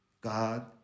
God